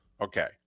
Okay